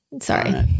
Sorry